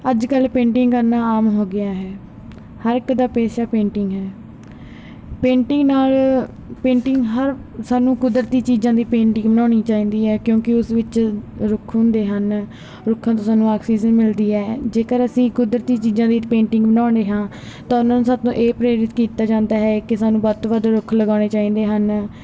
ਅੱਜ ਕੱਲ੍ਹ ਪੇਂਟਿੰਗ ਕਰਨਾ ਆਮ ਹੋ ਗਿਆ ਹੈ ਹਰ ਇੱਕ ਦਾ ਪੇਸ਼ਾ ਪੇਂਟਿੰਗ ਹੈ ਪੇਂਟਿੰਗ ਨਾਲ ਪੇਂਟਿੰਗ ਹਰ ਸਾਨੂੰ ਕੁਦਰਤੀ ਚੀਜ਼ਾਂ ਦੀ ਪੇਂਟਿੰਗ ਬਣਾਉਣੀ ਚਾਹੀਦੀ ਹੈ ਕਿਉਂਕਿ ਉਸ ਵਿੱਚ ਰੁੱਖ ਹੁੰਦੇ ਹਨ ਰੁੱਖਾਂ ਤੋਂ ਸਾਨੂੰ ਆਕਸੀਜਨ ਮਿਲਦੀ ਹੈ ਜੇਕਰ ਅਸੀਂ ਕੁਦਰਤੀ ਚੀਜ਼ਾਂ ਦੀ ਪੇਂਟਿੰਗ ਬਣਾਉਂਦੇ ਹਾਂ ਤਾਂ ਉਹਨਾਂ ਨੂੰ ਸਾਡੇ ਤੋਂ ਇਹ ਪ੍ਰੇਰਿਤ ਕੀਤਾ ਹੈ ਕਿ ਸਾਨੂੰ ਵੱਧ ਤੋਂ ਵੱਧ ਰੁੱਖ ਲਗਾਉਣੇ ਚਾਹੀਦੇ ਹਨ